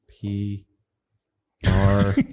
P-R